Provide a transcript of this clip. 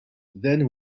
then